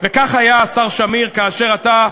וכך היה, השר שמיר, כאשר אתה,